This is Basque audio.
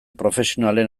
profesionalen